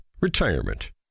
Retirement